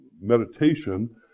meditation